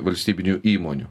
valstybinių įmonių